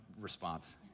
response